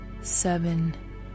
seven